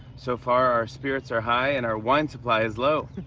so far, our spirits are high and our wine supply is low.